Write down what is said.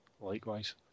likewise